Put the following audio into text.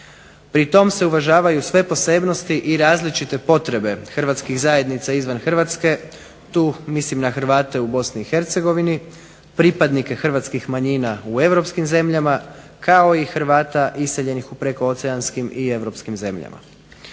Pritom se uvažavaju sve posebnosti i različite potrebe hrvatskih zajednica izvan Hrvatske, tu mislim na Hrvate u Bosni i Hercegovini, pripadnike hrvatskih manjina u europskim zemljama, kao i Hrvata iseljenih u prekooceanskim i europskim zemljama.